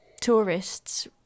tourists